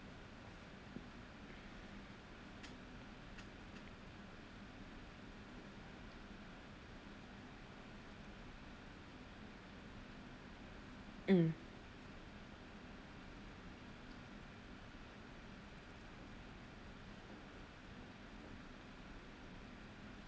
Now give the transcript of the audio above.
mm